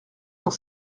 dans